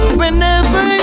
whenever